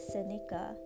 Seneca